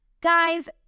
Guys